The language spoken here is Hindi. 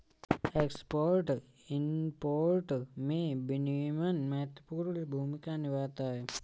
एक्सपोर्ट इंपोर्ट में विनियमन महत्वपूर्ण भूमिका निभाता है